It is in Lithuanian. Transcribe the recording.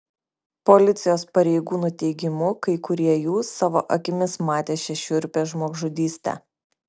policijos pareigūnų teigimu kai kurie jų savo akimis matė šią šiurpią žmogžudystę